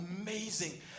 amazing